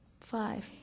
Five